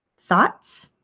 thoughts?